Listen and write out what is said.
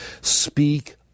speak